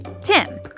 Tim